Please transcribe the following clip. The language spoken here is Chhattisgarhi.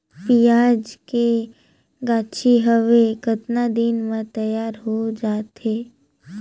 पियाज के गाछी हवे कतना दिन म तैयार हों जा थे?